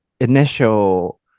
initial